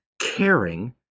Caring